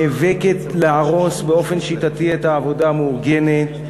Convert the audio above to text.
נאבקת להרוס באופן שיטתי את העבודה המאורגנת,